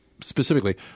specifically